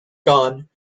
gone